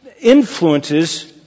influences